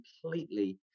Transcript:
completely